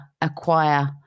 acquire